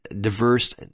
diverse